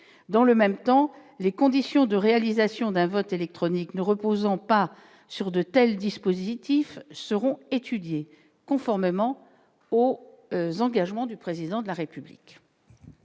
dans le même temps, les conditions de réalisation d'un vote électronique ne reposant pas sur de tels dispositifs seront étudiés conformément au engagements du président de la République.